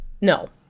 No